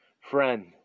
friend